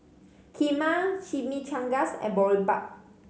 Kheema Chimichangas and Boribap